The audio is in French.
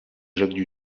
jacques